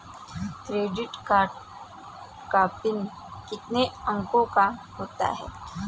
Debit card का PIN कितने अंकों का होता है?